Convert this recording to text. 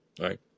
right